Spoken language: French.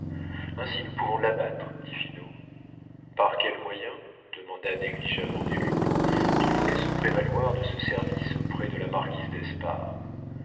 ainsi nous pouvons l'abattre dit finot par quel moyen demanda négligemment des lupeaulx qui voulait se prévaloir de ce service auprès de la marquise d'espard